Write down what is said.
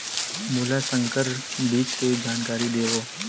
मोला संकर बीज के जानकारी देवो?